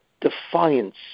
defiance